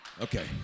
Okay